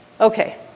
Okay